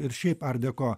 ir šiaip art deko